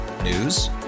News